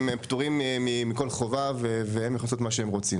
פטורים מכל חובה והם יכולים לעשות כל מה שהם רוצים,